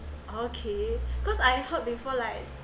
okay cause I heard before like